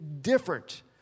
different